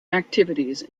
activities